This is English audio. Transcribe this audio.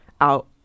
out